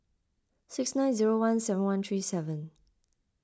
six nine zero one seven one three seven